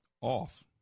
off